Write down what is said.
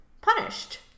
punished